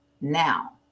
Now